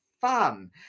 fun